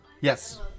Yes